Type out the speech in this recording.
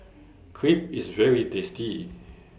Crepe IS very tasty